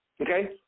Okay